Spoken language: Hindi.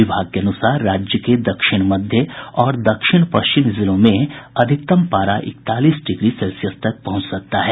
विभाग के अनुसार राज्य के दक्षिण मध्य और दक्षिण पश्चिम जिलों में अधिकतम पारा इकतालीस डिग्री सेल्सियस तक पहुंच सकता है